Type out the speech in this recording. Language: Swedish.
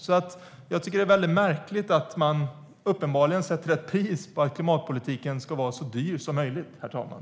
Det är mycket märkligt att man uppenbarligen sätter ett pris på klimatpolitiken som innebär att den ska vara så dyr som möjligt, herr talman.